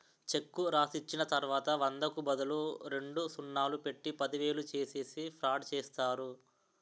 చెక్కు రాసిచ్చిన తర్వాత వందకు బదులు రెండు సున్నాలు పెట్టి పదివేలు చేసేసి ఫ్రాడ్ చేస్తారు